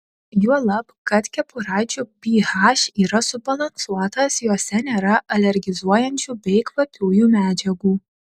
juolab kad kepuraičių ph yra subalansuotas jose nėra alergizuojančių bei kvapiųjų medžiagų